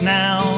now